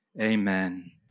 Amen